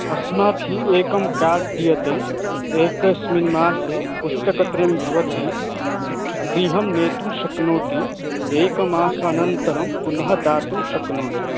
अस्माभिः एकं कार्ड् दीयते एकस्मिन् मासे पुस्तकत्रयं भवती गृहं नेतुं शक्नोति एकमासानन्तरं पुनः दातुं शक्नोति